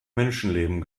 menschenleben